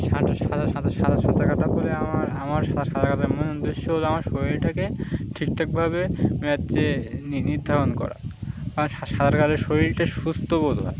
সাঁতার সাঁতার সাঁতার সাঁতার সাঁতার কাটা করে আমার আমার সাঁতার সাঁতার কাটার মূল উদ্দেশ্য হলো আমার শরীরটাকে ঠিকঠাকভাবে হচ্ছে নির্ধারণ করা কারণ সাঁতার কাটলে শরীরটা সুস্থ বোধ হয়